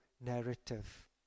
narrative